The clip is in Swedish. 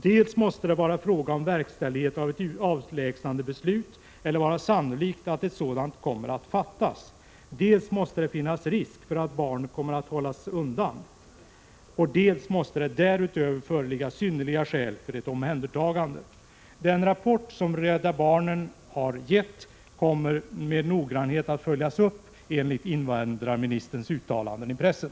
” Dels måste det vara fråga om verkställighet av ett avlägsnandebeslut eller vara sannolikt att ett sådant kommer att fattas, dels måste det finnas risk för att barnet kommer att hålla sig undan ——— och dels måste det därutöver föreligga synnerliga skäl för ett omhändertagande.” Den rapport som Rädda barnen har avgivit kommer att noggrant följas upp, enligt invandrarministerns uttalanden i pressen.